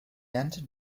entered